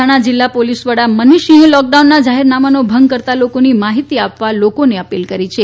મહેસાણા જિલ્લા પોલીસ વડા મનીષસિંહે લોકડાઉનના જાહેરનામાનો ભંગ કરતા લોકોની માહિતી આપવા લોકોને અપીલ કરી છે